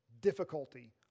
difficulty